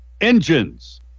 engines